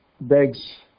begs